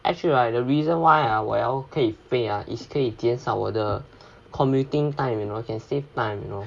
I feel right the reason why ah 我要可以飞 ah is 可以减少我的 commuting time you know can save time you know